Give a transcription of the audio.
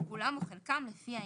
כולם או חלקם לפי העניין.